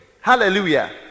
Hallelujah